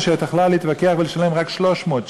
שהייתה יכולה להתווכח ולשלם רק 300 שקלים.